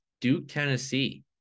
Duke-Tennessee